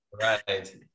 Right